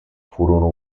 furono